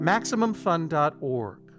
Maximumfun.org